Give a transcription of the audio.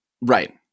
Right